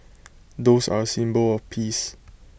doves are A symbol of peace